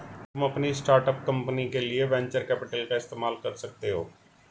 तुम अपनी start up company के लिए वेन्चर कैपिटल का इस्तेमाल कर सकते हो